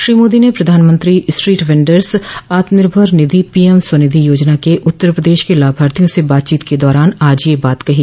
श्री मोदी ने प्रधानमंत्री street vendors आत्मनिर्भर निधि पी एम स्वनिधि योजना के उत्तर प्रदेश के लाभार्थियों से बातचीत के दौरान आज यह बात कही